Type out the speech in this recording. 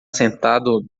sentado